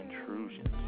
intrusions